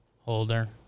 Holder